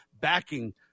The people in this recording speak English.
backing